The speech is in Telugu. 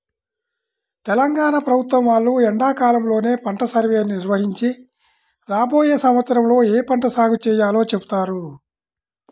తెలంగాణ ప్రభుత్వం వాళ్ళు ఎండాకాలంలోనే పంట సర్వేని నిర్వహించి రాబోయే సంవత్సరంలో ఏ పంట సాగు చేయాలో చెబుతారు